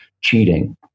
cheating